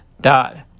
dot